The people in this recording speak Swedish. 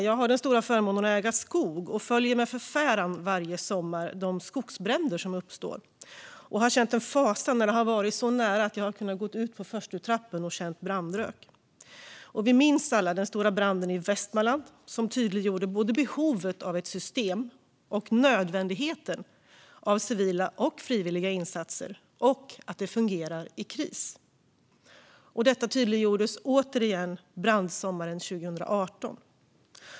Jag har den stora förmånen att äga skog, och jag följer med förfäran varje sommar de skogsbränder som uppstår. Jag har känt fasan när bränderna har varit så nära att jag har känt brandröken när jag har stått på förstutrappan. Vi minns alla den stora branden i Västmanland, som gjorde tydligt både behovet av ett system och nödvändigheten av civila och frivilliga insatser som fungerar i kris. Detta tydliggjordes återigen brandsommaren 2018.